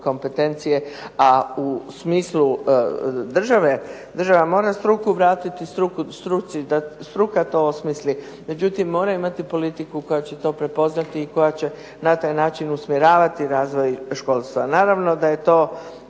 kompetencije. A u smislu države, država mora struku vratiti struci da to struka to osmisli, međutim mora imati politiku koja će to prepoznati i koja će na taj način usmjeravati razvoj školstva. Naravno da je to